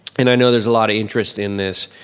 and i know there's a lot of interest in this.